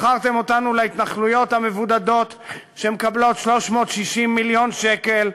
מכרתם אותנו להתנחלויות המבודדות שמקבלות 360 מיליון שקל,